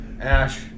Ash